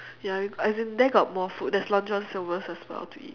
ya we as in there got more food there's long john silvers as well to eat